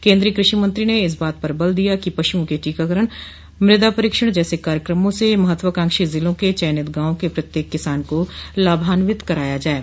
केन्द्रीय कृषि मंत्री ने इस बात पर बल दिया कि पशुओं के टीकाकरण मृदा परीक्षण जैसे कार्यक्रमों से महत्वाकांक्षी जिलों के चयनित गांवों के प्रत्येक किसान को लाभान्वित कराया जाये